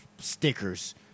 stickers